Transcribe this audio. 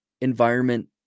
environment